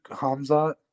Hamza